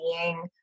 seeing